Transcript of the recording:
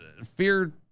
fear